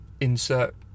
Insert